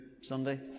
Sunday